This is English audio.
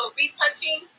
retouching